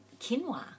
quinoa